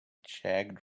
jagged